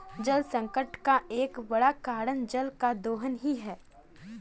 जलसंकट का एक बड़ा कारण जल का दोहन ही है